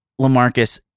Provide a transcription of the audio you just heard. LaMarcus